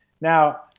Now